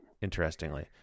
Interestingly